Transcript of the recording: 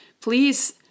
please